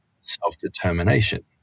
self-determination